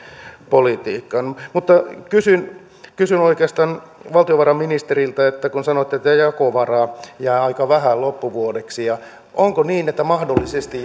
politiikkaan mutta kysyn kysyn oikeastaan valtiovarainministeriltä kun sanoitte että jakovaraa jää aika vähän loppuvuodeksi onko niin että mahdollisesti